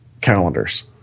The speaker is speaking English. calendars